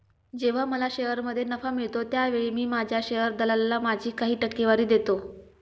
जेव्हा मला शेअरमध्ये नफा मिळतो त्यावेळी मी माझ्या शेअर दलालाला माझी काही टक्केवारी देतो